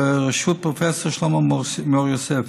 בראשות פרופ' שלמה מור-יוסף.